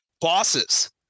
bosses